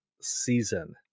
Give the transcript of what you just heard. season